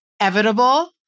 evitable